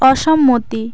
অসম্মতি